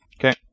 Okay